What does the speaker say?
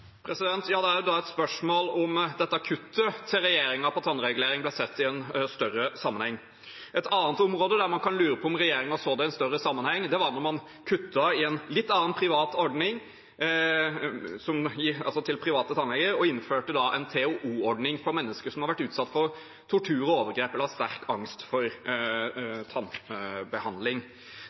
Ja, det er da et spørsmål om dette kuttet til regjeringen når det gjelder tannregulering, ble sett i en større sammenheng. Et annet område der man kan lure på om regjeringen så det i en større sammenheng, var da man kuttet i en litt annen, privat ordning, altså med private tannleger, og innførte en TOO-ordning for mennesker som har vært utsatt for tortur eller overgrep, eller har sterk angst for tannbehandling.